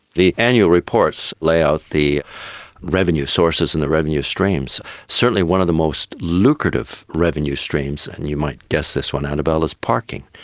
the annual reports lay out the revenue sources and the revenue streams. certainly one of the most lucrative revenue streams, and you might guess this one, annabelle, is parking.